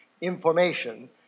information